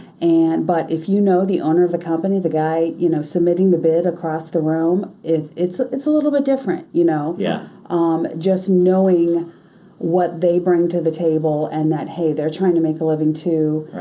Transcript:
and but if you know the owner of the company, the guy you know submitting the bid across the room, it's it's a little bit different, you know yeah just knowing what they bring to the table and that hey, they're trying to make a living too.